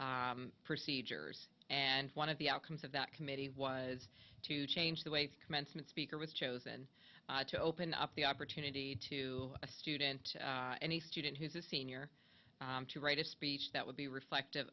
procedures and one of the outcomes of that committee was to change the way the commencement speaker was chosen to open up the opportunity to a student any student who's a senior to write a speech that would be reflective